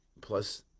plus